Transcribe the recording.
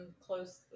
close